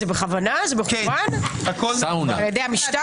מרכז המחקר והמידע נקבל סקירה משווה על הליכי שימוע.